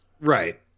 Right